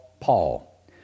Paul